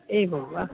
एवं वा